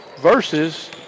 versus